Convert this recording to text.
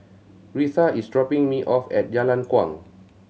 Retha is dropping me off at Jalan Kuang